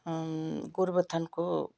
गोरुबथानको